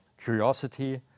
curiosity